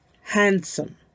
handsome